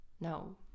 no